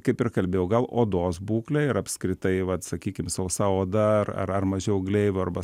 kaip ir kalbėjau gal odos būklė ir apskritai vat sakykim sausa oda ar ar ar mažiau gleivių arba